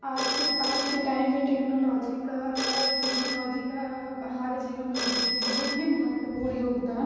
आज के आज के टाइम में टेक्नोलॉजी का टेक्नोलॉजी का अब हमारे जीवन में बहुत ही बहुत ही महत्तपूर्ण योगदान